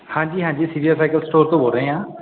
ਹਾਂਜੀ ਹਾਂਜੀ ਸੀਰੀਆ ਸਾਈਕਲ ਸਟੋਰ ਤੋਂ ਬੋਲ ਰਹੇ ਹਾਂ